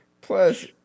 Plus